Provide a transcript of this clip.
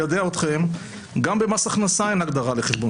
לידיעתכם, גם במס הכנסה אין הגדרה לחשבון